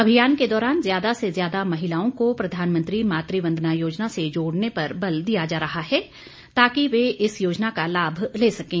अभियान के दौरान ज्यादा से ज्यादा महिलाओं को प्रधानमंत्री मातुवंदना योजना से जोड़ने पर बल दिया जा रहा है ताकि वे इस योजना का लाभ ले सकें